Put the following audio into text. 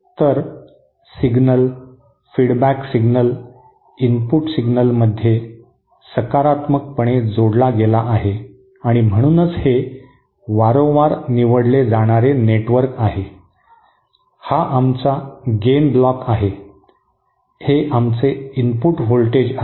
तर signal feedback signal input सिग्नलमध्ये सकारात्मकपणे जोडला गेला आहे आणि म्हणूनच हे वारंवार निवडले जाणारे नेटवर्क आहे हा आमचा गेन ब्लॉक आहे हे आमचे इनपुट व्होल्टेज आहे